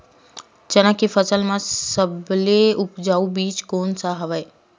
चना के फसल म सबले उपजाऊ बीज कोन स हवय?